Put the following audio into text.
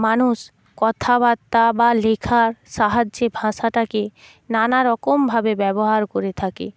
মানুষ কথাবার্তা বা লেখার সাহায্যে ভাষাটাকে নানা রকমভাবে ব্যবহার করে থাকে